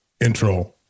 intro